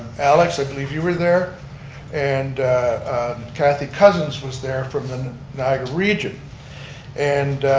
alex i believe you were there and cathy cousins was there from the niagara region and